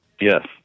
Yes